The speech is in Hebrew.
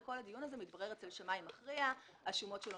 וכל הדיון הזה מתברר אצל שמאי מכריע שהשומות שלו